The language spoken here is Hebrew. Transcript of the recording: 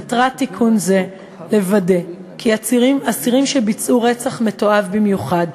מטרת תיקון זה לוודא כי אסירים שביצעו רצח מתועב במיוחד,